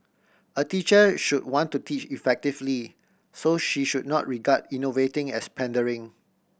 a teacher should want to teach effectively so she should not regard innovating as pandering